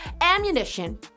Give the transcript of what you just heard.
ammunition